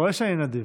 אתה רואה שאני נדיב.